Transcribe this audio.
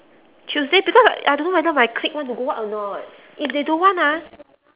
tuesday because like I don't know whether my clique want to go out or not if they don't want ah